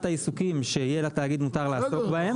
העיסוקים שיהיה לתאגיד מותר לעסוק בהם,